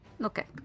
Okay